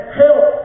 help